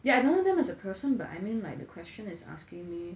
yeah I don't know them as a person but I mean like the question is asking me